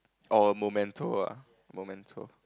or momento ah momento